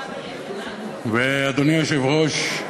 אדוני היושב-ראש,